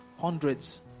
hundreds